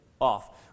off